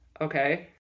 Okay